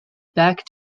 back